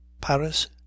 paris